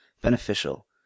beneficial